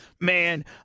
man